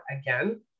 again